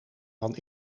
van